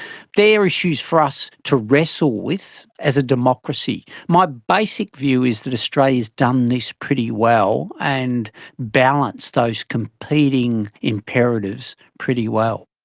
they are issues for us to wrestle with as a democracy. my basic view is that australia has done this pretty well and balanced those competing imperatives pretty well.